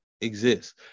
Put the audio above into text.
exists